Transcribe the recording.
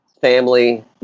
family